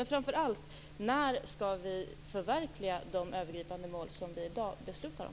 Men framför allt: När skall vi förverkliga de övergripande mål som vi i dag beslutar om?